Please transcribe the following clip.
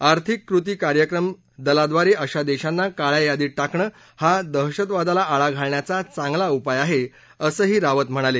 आर्थिक कृती कार्यक्रम दलाह्रारे अशा देशांना काळ्या यादीत केणं हा दहशतवादाला आळा घालण्याचा चांगला उपाय आहे असंही रावत म्हणाले